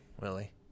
Willie